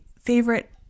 favorite